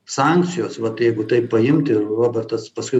sankcijos vat jeigu taip paimti robertas paskui